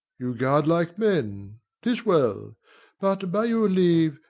you guard like men tis well but, by your leave,